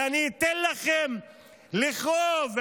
ואני אתן לכם לכאוב,